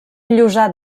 llosat